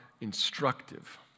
instructive